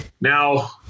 Now